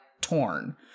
torn